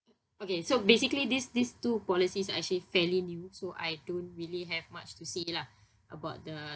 okay so basically these these two policies are actually fairly new so I don't really have much to say lah about the